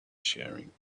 sharing